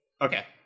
Okay